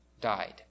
died